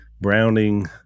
browning